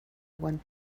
want